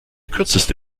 kürzeste